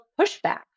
pushback